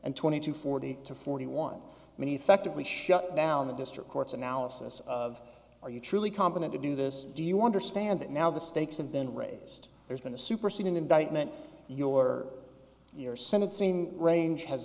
and twenty two forty to forty one many theft of we shut down the district courts analysis of are you truly competent to do this do you understand that now the stakes have been raised there's been a superseding indictment your or your senate seem range has